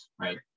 right